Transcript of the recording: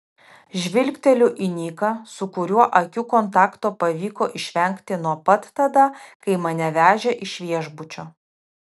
žvilgteliu į niką su kuriuo akių kontakto pavyko išvengti nuo pat tada kai mane vežė iš viešbučio